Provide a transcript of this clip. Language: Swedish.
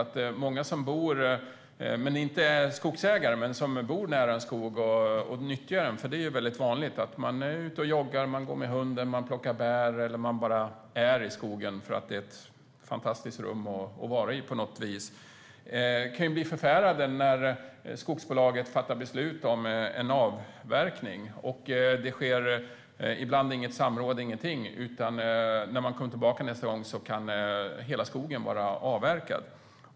Det är väldigt vanligt att man bor nära en skog och nyttjar den men inte är skogsägare. Man är ute och joggar, går med hunden, plockar bär eller bara är i skogen för att det är ett fantastiskt rum att vara i på något vis. När skogsbolaget fattar beslut om en avverkning kan många bli förfärade. Det sker ibland inget samråd, ingenting, utan när man kommer tillbaka nästa gång kan hela skogen vara avverkad.